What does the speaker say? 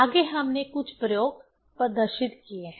आगे हमने कुछ प्रयोग प्रदर्शित किए हैं